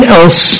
else